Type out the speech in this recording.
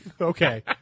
Okay